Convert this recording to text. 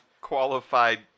qualified